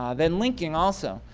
um then linking, also,